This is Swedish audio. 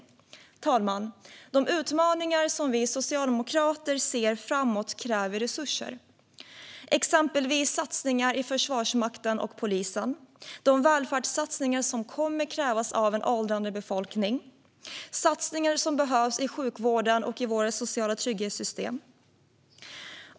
Fru talman! De utmaningar som vi socialdemokrater ser framåt kräver resurser, exempelvis satsningar på Försvarsmakten och polisen, de välfärdssatsningar som kommer att krävas av en åldrande befolkning och satsningar som behövs i sjukvården och i våra sociala trygghetssystem.